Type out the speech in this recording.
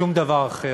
שום דבר אחר.